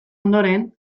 ondoren